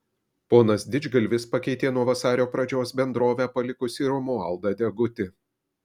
ponas didžgalvis pakeitė nuo vasario pradžios bendrovę palikusį romualdą degutį